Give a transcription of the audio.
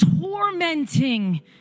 tormenting